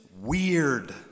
weird